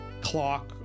clock